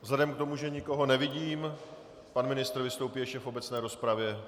Vzhledem k tomu, že nikoho nevidím pan ministr vystoupí ještě v obecné rozpravě.